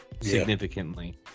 significantly